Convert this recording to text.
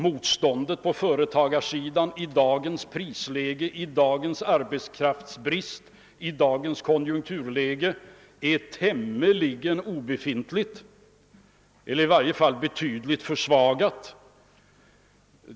Motståndet på företagarsidan i dagens prisläge, med dagens arbetskraftsbrist, i dagens konjunkturläge är tämligen obefintligt — eller i varje fall betydligt försvagat.